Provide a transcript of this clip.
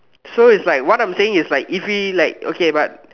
so is like what I'm saying is like if we like okay but